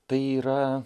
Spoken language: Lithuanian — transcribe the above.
tai yra